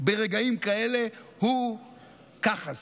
ברגעים כאלה הוא "ככה זה".